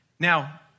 Now